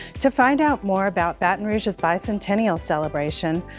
to find out more about baton rouge's bicentennial celebration,